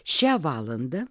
šią valandą